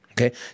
Okay